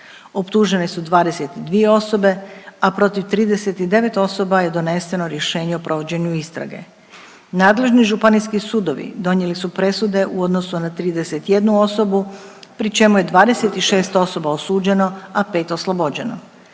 Optužene su 22 osobe, a protiv 39 osoba je doneseno rješenje o provođenju istrage. Nadležni županijski sudovi donijeli su presude u odnosu na 31 osobu pri čemu je 26 osoba osuđeno, a 5 oslobođeno.